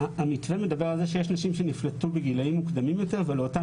שיש נשים שנפלטו בגילאים צעירים יותר ולאותן